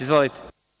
Izvolite.